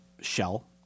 shell